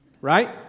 right